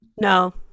no